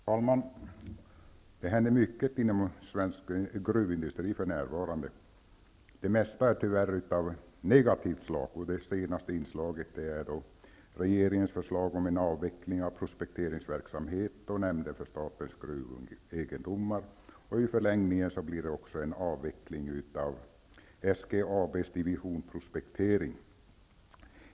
Herr talman! Det händer mycket inom svensk gruvindustri för närvarande. Det mesta är tyvärr av negativt slag, och det senaste inslaget är regeringens förslag om en avveckling av prospekteringsverksamheten och nämnden för statens gruvegendom; i förlängningen blir det också en avveckling av SGAB:s Division prospektering.